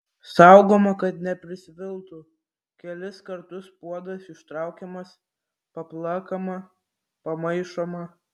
saugoma kad neprisviltų kelis kartus puodas ištraukiamas paplakama pamaišoma